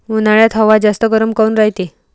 उन्हाळ्यात हवा जास्त गरम काऊन रायते?